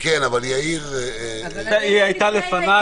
כן, אבל יאיר --- היא הייתה לפניי.